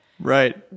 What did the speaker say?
Right